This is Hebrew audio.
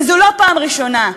וזו לא פעם ראשונה.